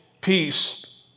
peace